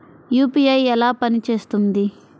UPI ఎలా పనిచేస్తుంది?